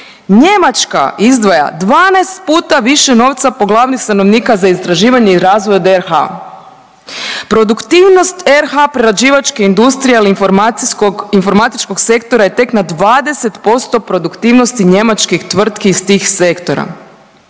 Njemačka izdvaja 12 puta više novca po glavi stanovnika za istraživanje i razvoj od RH. Produktivnost RH prerađivačke industrije ili informatičkog sektora je tek na 20% produktivnosti njemačkih tvrtki iz tih sektora.